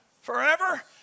forever